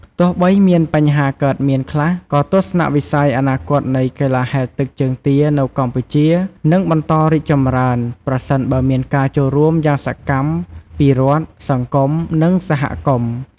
ទោះបីមានបញ្ហាកើតមានខ្លះ ក៏ទស្សនវិស័យអនាគតនៃកីឡាហែលទឹកជើងទានៅកម្ពុជា នឹងបន្តរីកចម្រើន ប្រសិនបើមានការចូលរួមយ៉ាងសកម្មពីរដ្ឋ សង្គម និងសហគមន៍។